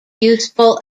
useful